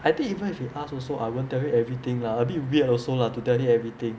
I think even if he ask also I won't tell him everything lah a bit weird also lah to tell him everything